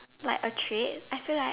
like a trade I feel like